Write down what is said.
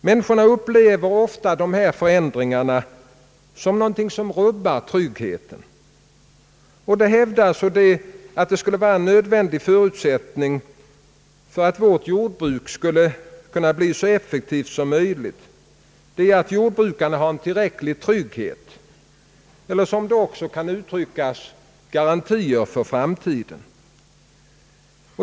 Människorna upplever ofta dessa förändringar såsom någonting som rubbar tryggheten. Det hävdas att en nödvändig förutsättning för att vårt jordbruk skall kunna bli så effektivt som möjligt är att jordbrukarna har en tillräcklig trygghet eller, som det också kan uttryckas, garantier för framtiden.